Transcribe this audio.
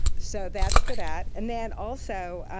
so that's for that. and then also,